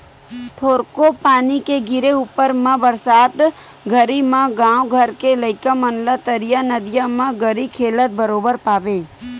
थोरको पानी के गिरे ऊपर म बरसात घरी म गाँव घर के लइका मन ला तरिया नदिया म गरी खेलत बरोबर पाबे